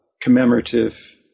commemorative